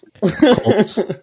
Colts